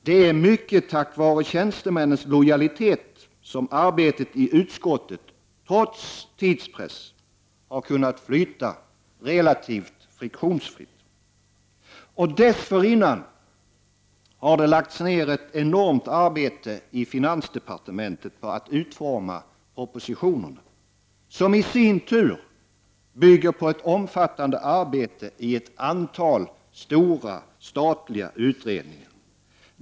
Det är mycket tack vare tjänstemännens lojalitet som arbetet i utskottet — trots tidspressen — har kunnat flyta relativt friktionsfritt. Dessförinnan har det lagts ned ett enormt arbete i finansdepartementet på att utforma propositionerna, som i sin tur bygger på ett omfattande arbete i ett antal stora statliga utredningar.